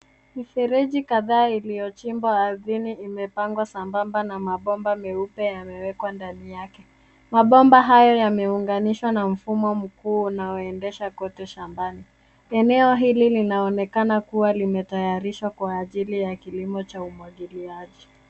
Mifereji kadhaa iliyochimbwa ardhini imepangwa sambamba na mabomba meupe yamewekwa ndani yake. Mabomba hayo yameunganishwa na mfumo mkuu unaoendesha kote shambani. Eneo hili linaonekana kuwa limetayarishwa kwa ajili ya kilimo cha umwagiliaji.